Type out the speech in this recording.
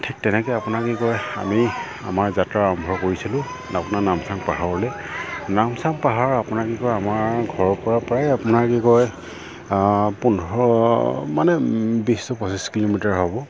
ঠিক তেনেকৈ আপোনাৰ কি কয় আমি আমাৰ যাত্ৰা আৰম্ভ কৰিছিলোঁ আপোনাৰ নামচাং পাহাৰলৈ নামচাং পাহাৰৰ আপোনাৰ কি কয় আমাৰ ঘৰৰ পৰা প্ৰায় আপোনাৰ কি কয় পোন্ধৰ মানে বিছ টু পঁচিছ কিলোমিটাৰ হ'ব